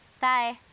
Bye